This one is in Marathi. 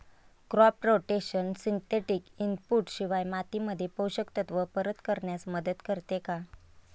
क्रॉप रोटेशन सिंथेटिक इनपुट शिवाय मातीमध्ये पोषक तत्त्व परत करण्यास मदत करते का?